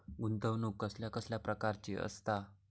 गुंतवणूक कसल्या कसल्या प्रकाराची असता?